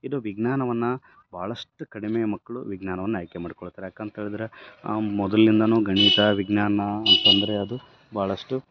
ಇದು ವಿಜ್ಞಾನವನ್ನ ಭಾಳಷ್ಟು ಕಡಿಮೆ ಮಕ್ಳು ವಿಜ್ಞಾನವನ್ನ ಆಯ್ಕೆ ಮಾಡ್ಕೊಳ್ತಾರೆ ಯಾಕೆ ಅಂತ್ಹೇಳ್ದ್ರೆ ಮೊದಲ್ನಿಂದಾನು ಗಣಿತ ವಿಜ್ಞಾನ ಅಂತ ಅಂದರೆ ಅದು ಭಾಳಷ್ಟು